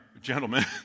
Gentlemen